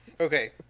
Okay